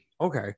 Okay